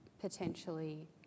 potentially